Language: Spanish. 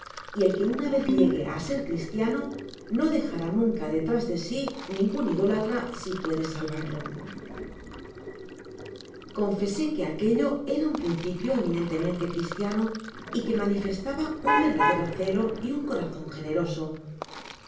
y el que una vez llegue á ser cristiano no dejará nunca detrás de si ningun idólatra si puede salvarlo content from google book search generated at confese que aquello era un principio eminentemente cristiano y que manifestaba ua verdadero celo y ua corazon generoso